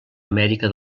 amèrica